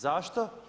Zašto?